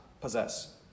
possess